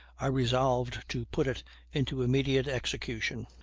i resolved to put it into immediate execution.